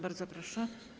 Bardzo proszę.